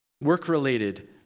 work-related